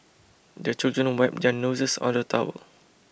the children wipe their noses on the towel